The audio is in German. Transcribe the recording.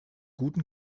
guten